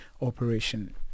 operation